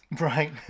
Right